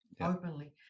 openly